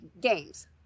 games